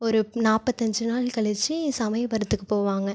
ஒரு நாற்பத்தஞ்சி நாள் கழித்து சமயபுரத்துக்குப் போவாங்க